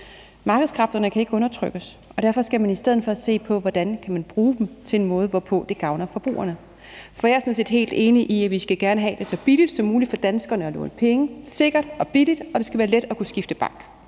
Markedskræfterne kan ikke undertrykkes, og derfor skal man i stedet for se på, hvordan man kan bruge dem på en måde, der gavner forbrugerne. For jeg er sådan set helt enig i, at det gerne skal være så billigt som muligt for danskerne at låne penge – sikkert og billigt – og at det skal være let at kunne skifte bank.